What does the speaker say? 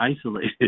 isolated